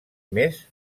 més